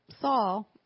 Saul